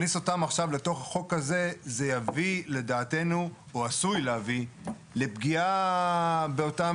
זה עשוי להביא, לדעתנו, לפגיעה באותם